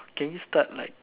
can you start like